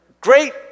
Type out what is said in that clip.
great